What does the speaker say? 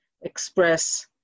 express